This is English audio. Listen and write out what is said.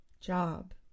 job